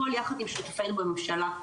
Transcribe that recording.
הכל יחד עם שותפינו בממשלה,